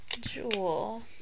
Jewel